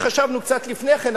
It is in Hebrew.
שחשבנו קצת לפני כן,